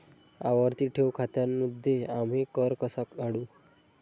आवर्ती ठेव खात्यांमध्ये आम्ही कर कसा काढू?